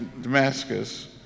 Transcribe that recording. Damascus